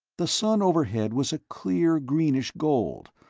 the sun overhead was a clear greenish-gold,